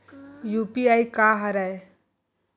UPI का हरय?